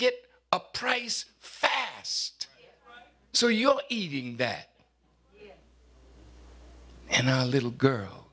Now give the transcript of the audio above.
get a price fast so you're eating that and a little girl